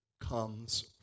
comes